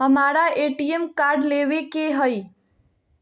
हमारा ATM card लेव के हई